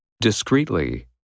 Discreetly